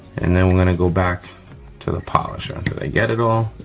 and then i'm gonna go back to the polisher did i get it all?